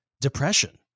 depression